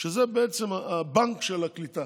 שזה הבנק של הקליטה